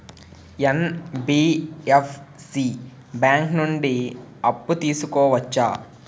NBFC bank నుండి అప్పు తీసుకోవచ్చా?